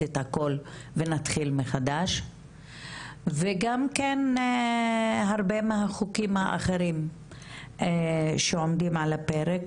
את הכול ונתחיל מחדש וגם כן הרבה מהחוקים האחרים שעומדים על הפרק,